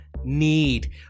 need